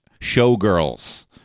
Showgirls